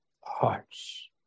hearts